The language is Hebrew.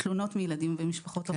תלונות מילדים במשפחות אומנה.